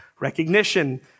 recognition